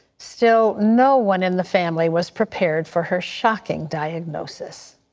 still no one in the family was prepared for her shocking diagnosis.